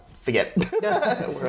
forget